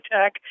Tech